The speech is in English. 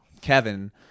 Kevin